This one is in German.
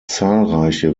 zahlreiche